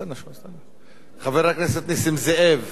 חבר הכנסת נסים זאב,